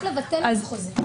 הוא יכול רק לבטל את החוזה.